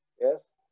Yes